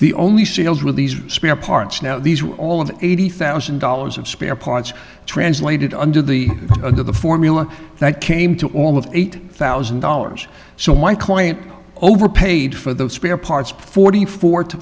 the only seals with these spare parts now these are all of the eighty thousand dollars of spare parts translated under the under the formula that came to all of eight thousand dollars so my client over paid for the spare parts forty four to